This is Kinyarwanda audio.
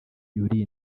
yuriye